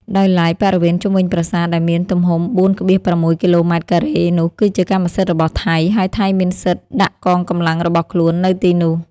ដោយឡែក បរិវេណជុំវិញប្រាសាទ ដែលមានទំហំ៤,៦គីឡូម៉ែត្រការ៉េនោះ គឺជាកម្មសិទ្ធិរបស់ថៃ ហើយថៃមានសិទ្ធិដាក់កងកម្លាំងរបស់ខ្លួន នៅទីនោះ។